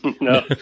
No